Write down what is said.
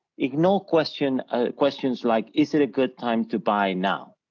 ignore questions ah questions like, is it a good time to buy now?